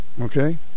Okay